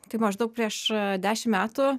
tai maždaug prieš dešimt metų